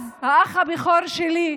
אז האח הבכור שלי,